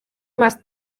más